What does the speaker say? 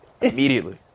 immediately